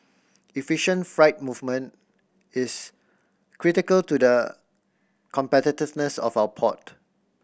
efficient freight movement is critical to the competitiveness of our port